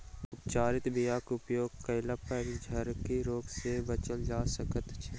उपचारित बीयाक उपयोग कयलापर झरकी रोग सँ बचल जा सकैत अछि